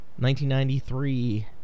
1993